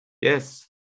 Yes